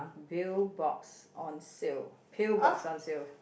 pill box on sale pill box on sale